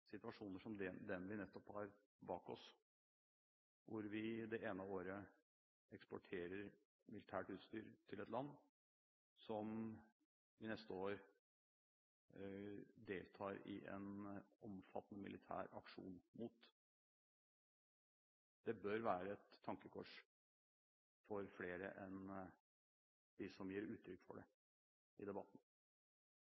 situasjoner som den vi nettopp har bak oss, hvor vi det ene året eksporterer militært utstyr til et land som vi neste år deltar i en omfattende militær aksjon mot. Det bør være et tankekors for flere enn dem som gir uttrykk for det